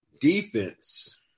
Defense